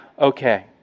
okay